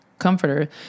comforter